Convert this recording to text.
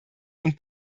und